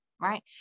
right